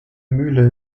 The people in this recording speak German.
mühle